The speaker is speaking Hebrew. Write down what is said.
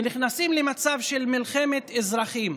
ונכנסים למצב של מלחמת אזרחים.